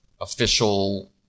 official